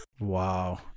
Wow